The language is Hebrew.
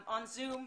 בזום.